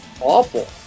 awful